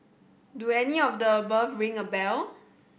do any of the above ring a bell